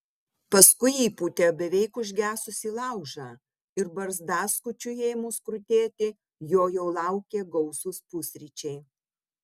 paskui įpūtė beveik užgesusį laužą ir barzdaskučiui ėmus krutėti jo jau laukė gausūs pusryčiai